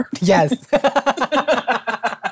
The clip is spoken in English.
Yes